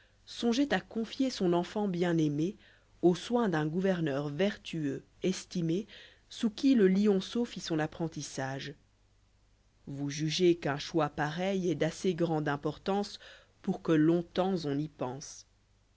songeoit à confier son enfant bienraimé aux soins d'un gouverneur vertueux estime sous qui le lioriceaufît son apprentissage vous jiygéz qu'nn jchoix pareil est d'assezandeim pî rtaii'çcj v pour que long-temps ony pense